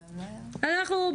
אנחנו,